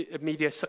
media